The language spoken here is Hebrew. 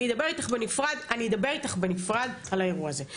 אני אדבר איתך בנפרד על האירוע הזה.